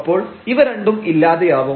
അപ്പോൾ ഇവ രണ്ടും ഇല്ലാതെയാവും